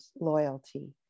loyalty